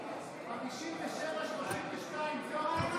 כבוד היושב-ראש, חברות וחברי הכנסת, עלתה לכאן